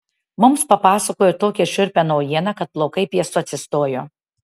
mums papasakojo tokią šiurpią naujieną kad plaukai piestu atsistojo